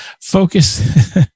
Focus